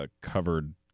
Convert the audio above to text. Covered